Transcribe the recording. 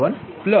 3846V1 વત્તા 0